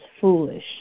foolish